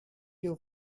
you